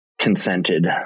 consented